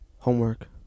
Homework